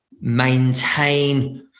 maintain